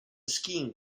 skiing